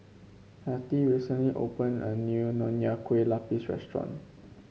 Hattie recently opened a new Nonya Kueh Lapis Restaurant